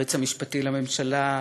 היועץ המשפטי לממשלה,